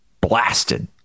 blasted